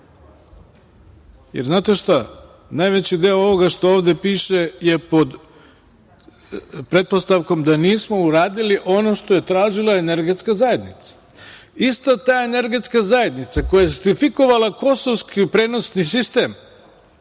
zajednicu. Znate šta, najveći deo ovoga što ovde piše je pod pretpostavkom da nismo uradili ono što je tražila Energetska zajednica. Ista ta Energetska zajednica, koja je nostrifikovala kosovski prenosni sistem,